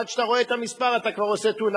עד שאתה רואה את המספר אתה כבר עושה תאונה,